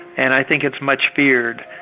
and i think it's much feared.